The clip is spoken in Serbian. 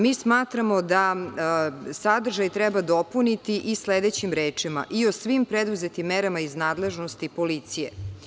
Mi smatramo da sadržaj treba dopuniti i sledećim rečima – i o svim preduzetim merama iz nadležnosti policije.